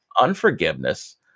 Unforgiveness